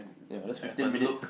ya that's fifteen minutes